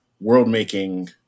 world-making